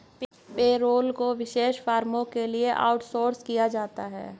payroll को विशेष फर्मों के लिए आउटसोर्स किया जाता है